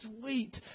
sweet